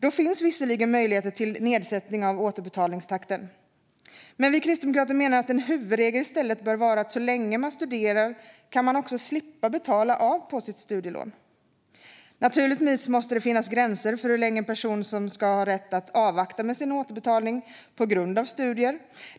Då finns visserligen möjligheten till nedsättning av återbetalningstakten, men vi kristdemokrater menar att en huvudregel i stället bör vara att man så länge man studerar ska slippa betala av på sitt studielån. Naturligtvis måste det finnas gränser för hur länge en person ska ha rätt att avvakta med sin återbetalning på grund av studier.